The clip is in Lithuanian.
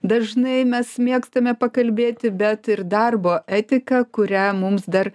dažnai mes mėgstame pakalbėti bet ir darbo etika kurią mums dar